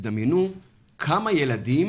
דמיינו כמה ילדים,